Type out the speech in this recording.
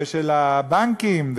ושל הבנקים,